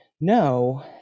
no